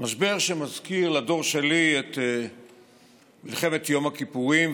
משבר שמזכיר לדור שלי את מלחמת יום הכיפורים,